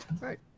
right